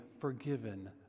forgiven